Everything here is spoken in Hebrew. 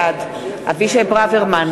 בעד אבישי ברוורמן,